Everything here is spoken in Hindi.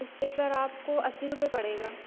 इस्टेपलर आपको अस्सी रुपये पड़ेगा